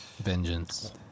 Vengeance